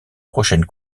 prochaine